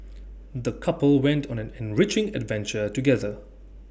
the couple went on an enriching adventure together